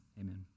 Amen